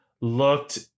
looked